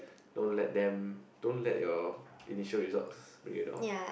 don't let them don't let your initial results bring you down